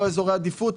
לא אזורי עדיפות.